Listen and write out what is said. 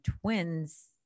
twins